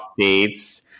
updates